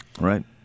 right